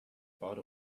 bought